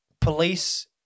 Police